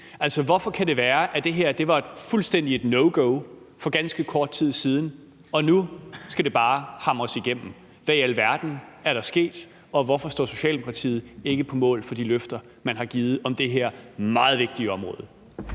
siden. Hvordan kan det være, at det her var fuldstændig no go for ganske kort tid siden, men nu skal det bare hamres igennem? Hvad i alverden er der sket, og hvorfor står Socialdemokratiet ikke på mål for de løfter, man har givet om det her meget vigtige område?